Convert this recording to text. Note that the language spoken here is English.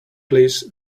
please